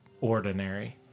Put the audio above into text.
ordinary